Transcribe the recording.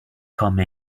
come